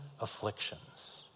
afflictions